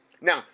Now